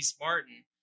Martin